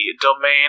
domain